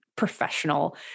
Professional